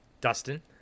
Dustin